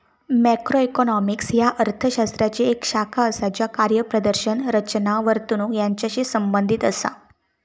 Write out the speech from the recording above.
macroeconomics ह्या अर्थ शास्त्राची येक शाखा असा ज्या कार्यप्रदर्शन, रचना, वर्तणूक यांचाशी संबंधित असा